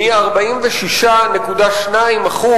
מ-46.2%